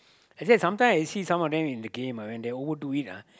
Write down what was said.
actually sometime I see some of them in the game when they overdo it lah